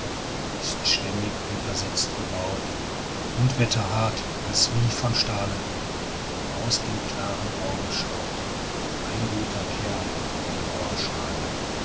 ist stämmig untersetzt gebaut und wetterhart als wie von stahle doch aus den klaren augen schaut ein guter kern in rauher schale